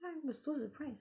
I was so surprised